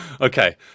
okay